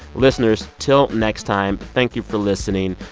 listeners, until next time, thank you for listening.